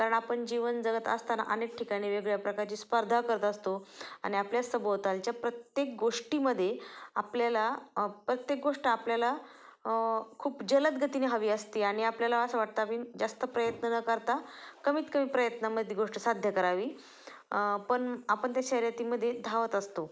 कारण आपण जीवन जगत असताना अनेक ठिकाणी वेगळ्या प्रकारची स्पर्धा करत असतो आणि आपल्या सभोवतालच्या प्रत्येक गोष्टीमध्ये आपल्याला अ प्रत्येक गोष्ट आपल्याला खूप जलद गतीने हवी असते आणि आपल्याला असं वाटता बीन जास्त प्रयत्न न करता कमीत कमी प्रयत्नामध्ये गोष्ट साध्य करावी पण आपण त्या शर्यतीमध्ये धावत असतो